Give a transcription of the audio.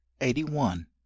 Eighty-one